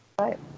Right